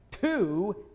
two